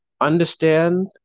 understand